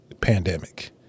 Pandemic